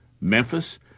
Memphis